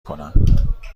کنم